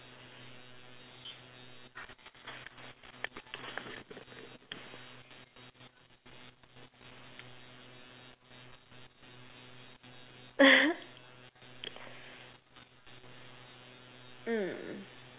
mm